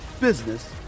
business